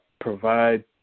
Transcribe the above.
provide